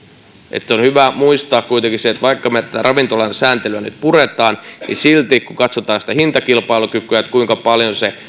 on hyvä muistaa kuitenkin se että vaikka me tätä ravintolan sääntelyä nyt puramme niin silti kun katsotaan sitä hintakilpailukykyä kuinka paljon esimerkiksi se